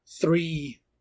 three